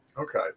Okay